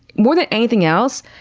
more than anything else,